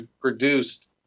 produced